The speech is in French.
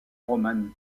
romane